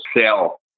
sell